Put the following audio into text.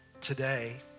Today